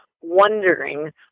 wondering